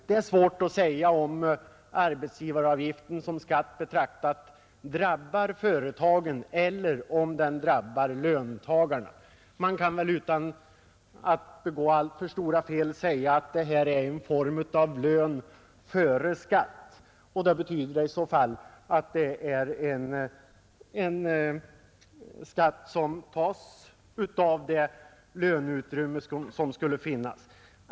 Det är svårt att säga om arbetsgivaravgiften som skatt betraktad drabbar företagen eller om den drabbar löntagarna. Man kan väl utan att begå alltför stora fel säga att detta är en form av skatt före lön. Det betyder i så fall att det är en skatt som tas av det löneutrymme som skulle finnas.